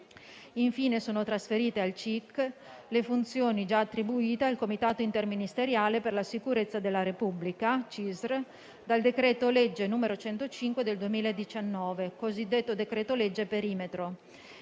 Infine, sono trasferite al CIC le funzioni già attribuite al Comitato interministeriale per la sicurezza della Repubblica (CISR) dal decreto-legge n. 105 del 2019 (cosiddetto decreto-legge perimetro)